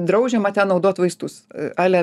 draudžiama ten naudot vaistus ale